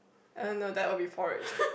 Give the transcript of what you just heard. uh no that will be porridge